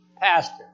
pastor